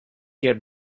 yet